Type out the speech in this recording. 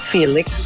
Felix